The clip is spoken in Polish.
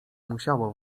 musiało